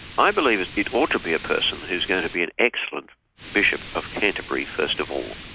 i believe it it ought to be a person who's going to be an excellent bishop of canterbury first of all.